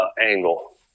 angle